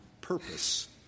purpose